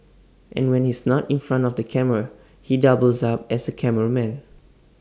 and when he's not in front of the camera he doubles up as A cameraman